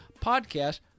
podcast